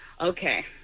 okay